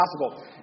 possible